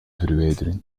verwijderen